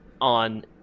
on